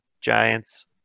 Giants